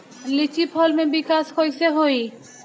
लीची फल में विकास कइसे होई?